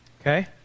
Okay